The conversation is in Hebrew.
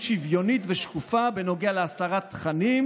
שוויונית ושקופה בנוגע להסרת תכנים,